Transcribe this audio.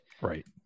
Right